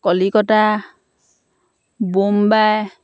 Kolkata Mumbai